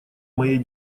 моей